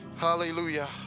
Hallelujah